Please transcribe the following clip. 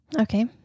Okay